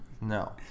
No